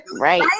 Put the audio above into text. right